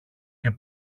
και